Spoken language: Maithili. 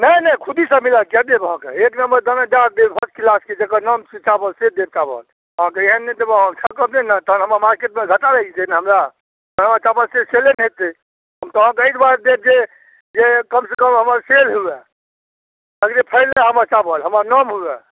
नहि नहि खुद्दीसब मिलाके किएक देब अहाँके एक नम्बर दानेदार देब ओकरा देब फर्स्ट किलासके जकर नाम छै चावल से देब चावल अहाँके एहन नहि देब अहाँके ठकब नहि नहि तऽ हमरा मार्केटमे घाटा लागि जेतै ने हमरा हमर चावलके सेले नहि हेतै हम तऽ अहाँके एहि दुआरे देब जे कमसँ कम हमर सेल हुअए फैलै हमर चावल हमर नाम हुअए